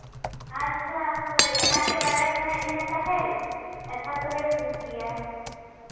ᱟᱪᱪᱷᱟ ᱦᱳᱭ ᱚᱱᱟᱜᱮ ᱵᱟᱰᱟᱭ ᱥᱟᱱᱟᱭᱮᱫ ᱞᱤᱧᱟᱹ ᱛᱟᱦᱮᱱ ᱟᱪᱪᱷᱟ ᱛᱚᱵᱮ ᱴᱷᱤᱠ ᱜᱮᱭᱟ